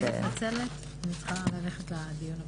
אני מתנצלת, אני צריכה ללכת לדיון הבא.